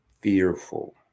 fearful